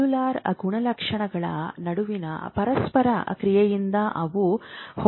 cellular ಗುಣಲಕ್ಷಣಗಳ ನಡುವಿನ ಪರಸ್ಪರ ಕ್ರಿಯೆಯಿಂದ ಅವು ಹೊರಹೊಮ್ಮುತ್ತವೆ